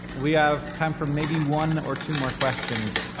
we have time for maybe one or two more questions.